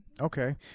Okay